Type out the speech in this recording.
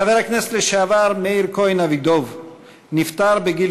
חבר הכנסת לשעבר מאיר כהן אבידב נפטר בגיל